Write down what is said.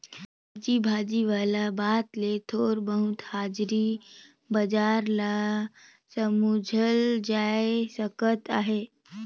सब्जी भाजी वाला बात ले थोर बहुत हाजरी बजार ल समुझल जाए सकत अहे